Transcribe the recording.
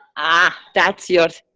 ah that's your.